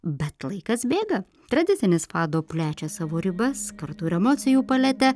bet laikas bėga tradicinis fado plečia savo ribas kartu ir emocijų paletę